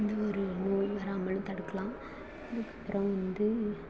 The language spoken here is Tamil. எந்த ஒரு நோயும் வராமலும் தடுக்கலாம் அதுக்கப்புறம் வந்து